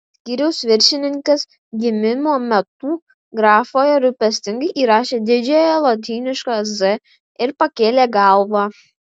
skyriaus viršininkas gimimo metų grafoje rūpestingai įrašė didžiąją lotynišką z ir pakėlė galvą